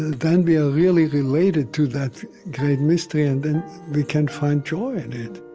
then we are really related to that great mystery, and then we can find joy in it